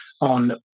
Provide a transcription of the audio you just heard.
on